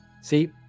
See